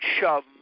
shove